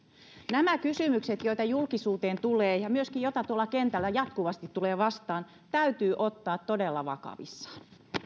nämä kysymykset joita julkisuuteen tulee ja myöskin joita tuolla kentällä jatkuvasti tulee vastaan täytyy ottaa todella vakavissaan